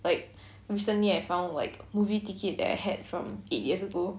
like recently I found like movie ticket that I had from eight years ago